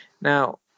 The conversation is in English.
now